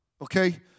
okay